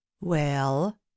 Well